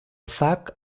sac